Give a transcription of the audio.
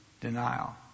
denial